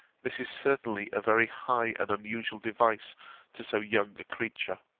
this is certainly a very high and unusual devise to so young a creature.